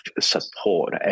support